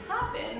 happen